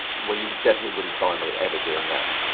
well you definitely wouldn't find me ever doing that.